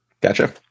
gotcha